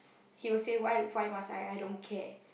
he was say why why must I I don't care